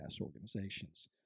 organizations